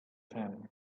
camp